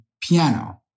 piano